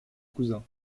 cousin